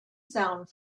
sound